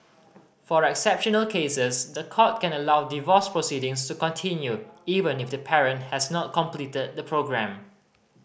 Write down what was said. for exceptional cases the court can allow divorce proceedings to continue even if the parent has not completed the programme